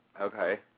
Okay